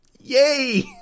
Yay